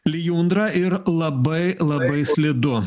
lijundra ir labai labai slidu